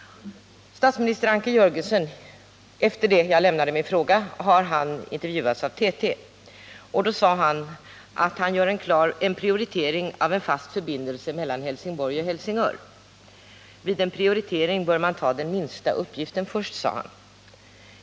Statsministern Anker Jörgensen har, efter det att jag lämnade in min fråga, intervjuats av TT, och då sade han att han gör en prioritering av en fast förbindelse mellan Helsingborg och Helsingör. Vid en prioritering bör man ta den minsta uppgiften först, sade han.